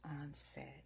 onset